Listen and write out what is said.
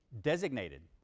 Designated